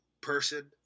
person